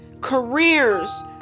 careers